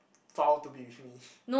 file to be with me